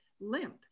limp